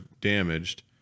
damaged